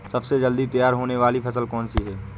सबसे जल्दी तैयार होने वाली फसल कौन सी है?